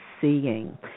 seeing